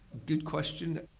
good question.